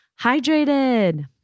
hydrated